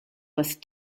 with